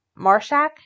Marshak